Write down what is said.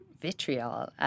vitriol